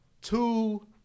two